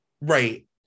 Right